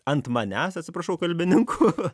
ant manęs atsiprašau kalbininkų